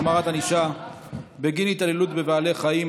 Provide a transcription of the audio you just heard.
החמרת ענישה בגין התעללות בבעלי חיים),